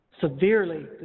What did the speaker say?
severely